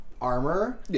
armor